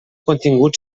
contingut